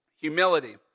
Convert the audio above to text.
humility